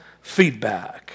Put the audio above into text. feedback